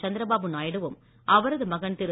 சந்திரபாபு நாயுடுவும் அவரது மகன் திரு